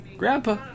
grandpa